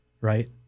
right